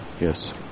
Yes